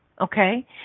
Okay